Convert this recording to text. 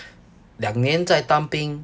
两年在当兵